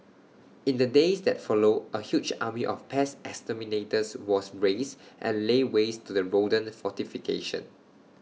in the days that followed A huge army of pest exterminators was raised and laid waste to the rodent fortification